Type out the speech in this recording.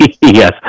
yes